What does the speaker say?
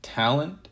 Talent